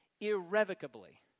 irrevocably